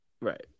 Right